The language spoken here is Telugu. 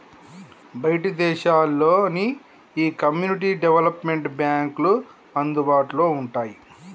బయటి దేశాల్లో నీ ఈ కమ్యూనిటీ డెవలప్మెంట్ బాంక్లు అందుబాటులో వుంటాయి